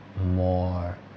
more